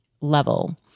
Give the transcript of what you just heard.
level